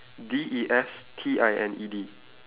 D E S T I N E D